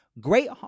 Great